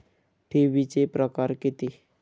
ठेवीचे प्रकार किती?